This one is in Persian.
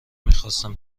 میخواستم